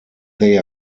they